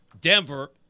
Denver